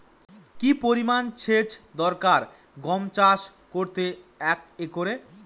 কি পরিমান সেচ দরকার গম চাষ করতে একরে?